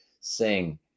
sing